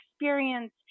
experience